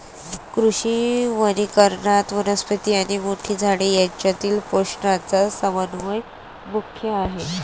कृषी वनीकरणात, वनस्पती आणि मोठी झाडे यांच्यातील पोषणाचा समन्वय मुख्य आहे